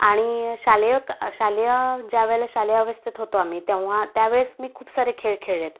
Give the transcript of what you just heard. आणि शालेय शालेय ज्यावेेळेला शालेय अवस्थेत होतो आम्ही तेव्हा त्यावेळेस मी खूप सारे खेळ खेळले आहेत